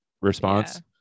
response